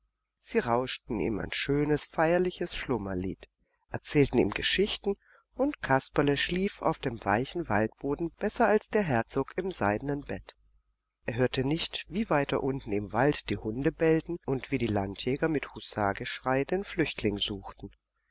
sie rauschten ihm ein schönes feierliches schlummerlied erzählten ihm geschichten und kasperle schlief auf dem weichen waldboden besser als der herzog im seidenen bett er hörte nicht wie weiter unten im wald die hunde bellten und die landjäger mit hussageschrei den flüchtling suchten